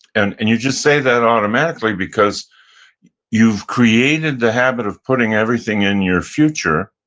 and and you just say that automatically because you've created the habit of putting everything in your future,